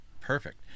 perfect